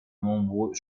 nombreux